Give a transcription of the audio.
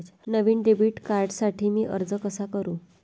नवीन debit कार्डसाठी मी अर्ज कसा करू?